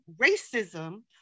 racism